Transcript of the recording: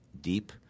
deep